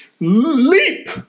leap